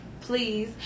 please